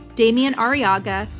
demian arriaga,